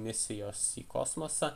misijos į kosmosą